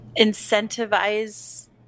incentivize